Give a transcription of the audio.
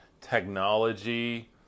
technology